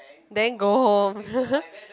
then go home